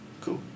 Cool